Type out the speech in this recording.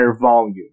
volume